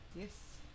Yes